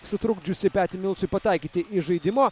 sutrukdžiusi peti milsui pataikyti iš žaidimo